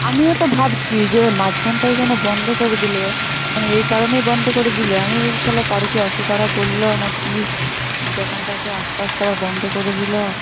আমিও তো ভাবছি যে মাঝখানটায় কেন বন্ধ করে দিল তুমি এই কারণেই বন্ধ করে দিলে আমি ভেবেছি তাহলে কারো কি অসুখ আর করল না কি দোকানটাকে আসতে আসতে আবার বন্ধ করে দিল